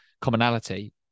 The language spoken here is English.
commonality